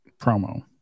promo